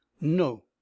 no